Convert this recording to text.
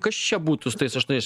kas čia būtų su tais aštuoniais